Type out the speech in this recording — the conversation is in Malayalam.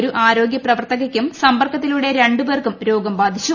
ഒരു ആരോഗൃ പ്രവർത്തകയ്ക്കും സമ്പർക്കത്തിലൂടെ രണ്ട് പേർക്കും രോഗം ബാധിച്ചു